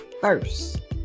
first